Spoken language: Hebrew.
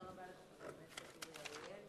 תודה רבה לחבר הכנסת אורי אריאל.